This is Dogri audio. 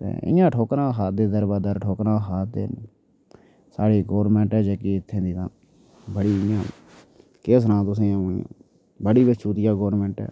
ते इ'यां ठोक्करां खा करदे दर बदर ठोक्करां खा करदे साढ़ी गौरमैंट ऐ जेह्की इत्थै दी तां बड़ी इ'यां केह् सनांऽ तुसें ई बड़ी गै बुरी एह् गौरमैंट ऐ